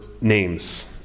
names